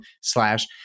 slash